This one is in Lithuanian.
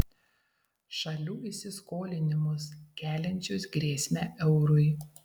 šalių įsiskolinimus keliančius grėsmę eurui